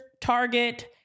Target